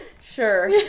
sure